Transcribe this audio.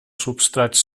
substrats